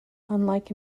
unlike